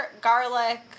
garlic